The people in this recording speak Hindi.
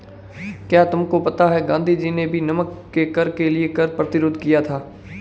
क्या तुमको पता है गांधी जी ने भी नमक के कर के लिए कर प्रतिरोध किया था